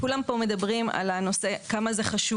כולם פה מדברים על הנושא של התלמ"ת,